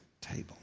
table